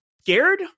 scared